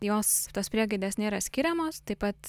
jos tos priegaidės nėra skiriamos taip pat